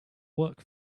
work